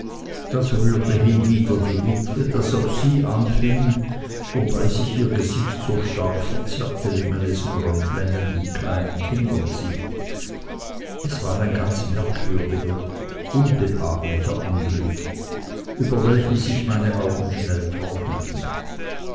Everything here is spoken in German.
das rührte hinwieder die witwe daß auch sie anfing wobei sich ihr gesicht so stark verzerrte wie man es nur an flennenden kleinen kindern sieht es war ein ganz merkwürdiger unbehaglicher anblick über welchem sich meine augen schnell trockneten